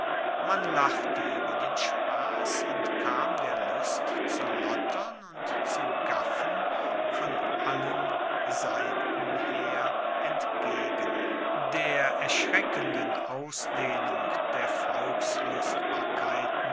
man lachte ueber den spass und kam der lust zu lottern und zu gaffen von allen seher her entgegen der erschreckenden ausdehnung der